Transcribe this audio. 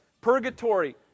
Purgatory